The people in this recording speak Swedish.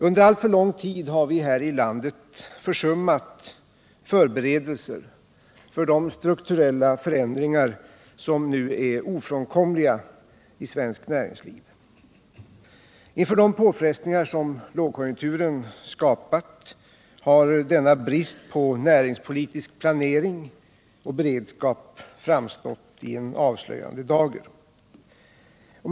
Under alltför lång tid har vi här i landet försummat förberedelser för de strukturella förändringar som nu är ofrånkomliga i svenskt näringsliv. Inför de påfrestningar som lågkonjunkturen skapat har denna brist på näringspolitisk planering och beredskap framstått i en avslöjande dager.